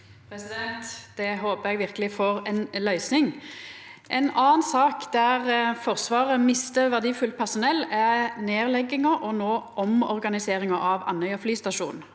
Det håper eg verkeleg får ei løysing. Ei anna sak der Forsvaret mister verdifullt personell, er nedlegginga og no omorganiseringa av Andøya flystasjon.